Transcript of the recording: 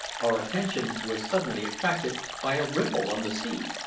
our attention was suddenly attracted by a ripple on the sea,